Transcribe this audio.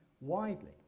widely